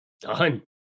Done